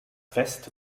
fest